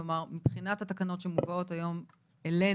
כלומר, מבחינת התקנות שמובאות היום אלינו